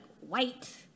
white